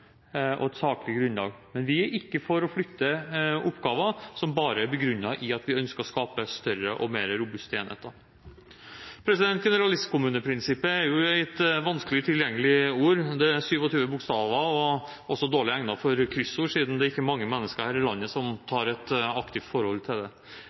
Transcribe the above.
Vi er ikke for å flytte oppgaver som bare er begrunnet i at vi ønsker å skape større og mer robuste enheter. Generalistkommuneprinsippet er et vanskelig tilgjengelig ord, det har 27 bokstaver og er også dårlig egnet for kryssord siden det ikke er mange mennesker her i landet som har et aktivt forhold til det.